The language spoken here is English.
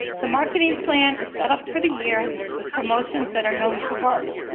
the marketing plan is set up for the year with promotions that are known to work.